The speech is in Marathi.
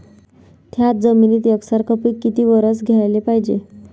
थ्याच जमिनीत यकसारखे पिकं किती वरसं घ्याले पायजे?